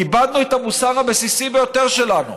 איבדנו את המוסר הבסיסי ביותר שלנו.